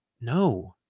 no